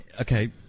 Okay